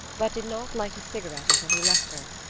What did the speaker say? but did not light his cigarette until he left her,